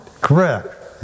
Correct